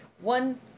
one